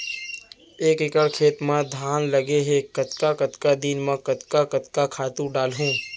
एक एकड़ खेत म धान लगे हे कतका कतका दिन म कतका कतका खातू डालहुँ?